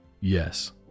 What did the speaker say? Yes